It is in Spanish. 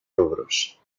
rubros